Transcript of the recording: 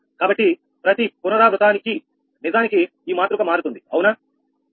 del f2 మీద df1dx2